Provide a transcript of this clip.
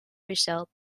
besteld